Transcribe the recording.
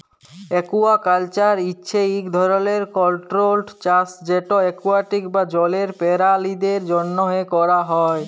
aquaculture হছে ইক ধরলের কল্ট্রোল্ড চাষ যেট একুয়াটিক বা জলের পেরালিদের জ্যনহে ক্যরা হ্যয়